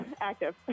active